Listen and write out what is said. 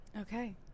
Okay